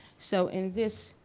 so in this,